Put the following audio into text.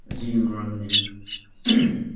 ꯑꯁꯤꯒꯤ ꯃꯔꯃꯗꯤ